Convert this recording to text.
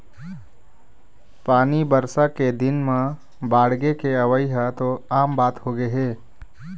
पानी बरसा के दिन म बाड़गे के अवइ ह तो आम बात होगे हे